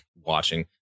watching